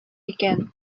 икән